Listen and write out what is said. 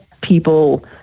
people